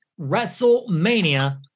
WrestleMania